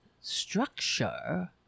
structure